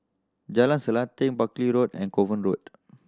Jalan Selanting Buckley Road and Kovan Road